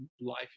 life